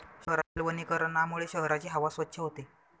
शहरातील वनीकरणामुळे शहराची हवा स्वच्छ होते